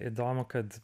įdomu kad